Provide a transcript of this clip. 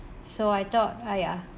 so I thought !aiya!